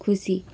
खुसी